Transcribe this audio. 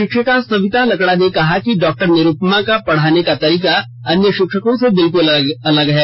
शिक्षिका सविता लकड़ा ने कहा कि डॉक्टर निरुपमा का पढ़ाने का तरीका अन्य शिक्षकों से बिल्कुल अलग है